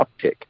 uptick